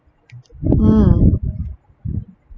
mm